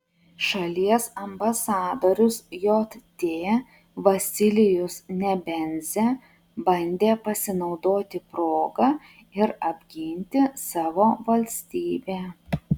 šalies ambasadorius jt vasilijus nebenzia bandė pasinaudoti proga ir apginti savo valstybę